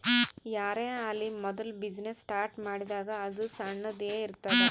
ಯಾರೇ ಆಲಿ ಮೋದುಲ ಬಿಸಿನ್ನೆಸ್ ಸ್ಟಾರ್ಟ್ ಮಾಡಿದಾಗ್ ಅದು ಸಣ್ಣುದ ಎ ಇರ್ತುದ್